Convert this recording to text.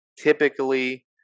Typically